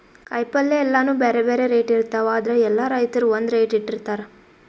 ಕಾಯಿಪಲ್ಯ ಎಲ್ಲಾನೂ ಬ್ಯಾರೆ ಬ್ಯಾರೆ ರೇಟ್ ಇರ್ತವ್ ಆದ್ರ ಎಲ್ಲಾ ರೈತರ್ ಒಂದ್ ರೇಟ್ ಇಟ್ಟಿರತಾರ್